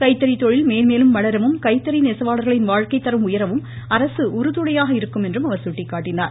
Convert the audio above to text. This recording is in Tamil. கைத்தறி தொழில் மென்மேலும் வளரவும் கைத்தறி நெசவாளர்களின் வாழ்க்கைத்தரம் உயரவும் அரசு உறுதுணையாக இருக்கும் என்று அவர் சுட்டிக்காட்டினார்